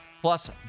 plus